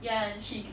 ya she